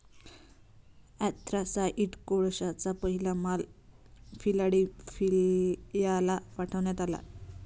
anthracite कोळशाचा पहिला माल फिलाडेल्फियाला पाठविण्यात आला